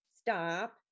stop